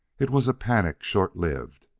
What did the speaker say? it was a panic, short-lived,